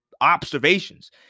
observations